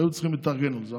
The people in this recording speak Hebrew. היו צריכים להתארגן על זה.